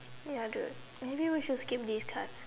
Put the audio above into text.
ya dude may be we should skip this card